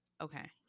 Okay